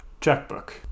Checkbook